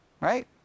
Right